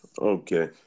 Okay